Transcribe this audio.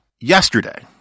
yesterday